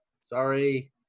sorry